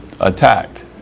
attacked